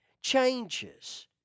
changes